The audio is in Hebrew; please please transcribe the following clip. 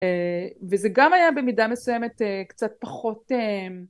אהה וזה גם היה במידה מסוימת קצת פחות